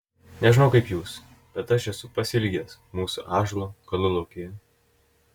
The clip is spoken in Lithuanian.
nežinau kaip jūs bet aš esu pasiilgęs mūsų ąžuolo galulaukėje